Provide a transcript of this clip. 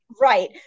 Right